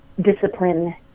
discipline